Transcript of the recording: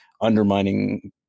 undermining